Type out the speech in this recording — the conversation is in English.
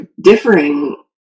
differing